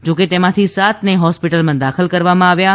જોકે તેમાંથી સાતને હોસ્પિટલમાં દાખલ કરવામાં આવ્યાં